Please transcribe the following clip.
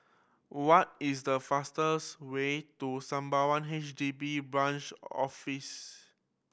what is the fastest way to Sembawang H D B Branch Office